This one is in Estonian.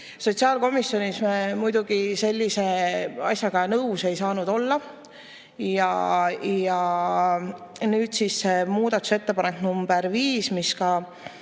Sotsiaalkomisjonis me muidugi sellise asjaga nõus ei saanud olla. Nüüd see muudatusettepanek nr 5, mis sai